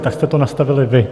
Tak jste to nastavili vy.